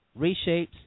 reshapes